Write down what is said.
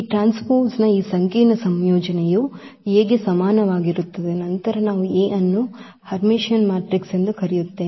ಈ ಟ್ರಾನ್ಸ್ಪೋಸ್ನ ಈ ಸಂಕೀರ್ಣ ಸಂಯೋಜನೆಯು A ಗೆ ಸಮಾನವಾಗಿರುತ್ತದೆ ನಂತರ ನಾವು A ಅನ್ನು ಹರ್ಮಿಟಿಯನ್ ಮ್ಯಾಟ್ರಿಕ್ಸ್ ಎಂದು ಕರೆಯುತ್ತೇವೆ